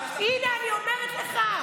אז הינה אני אומרת לך.